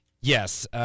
Yes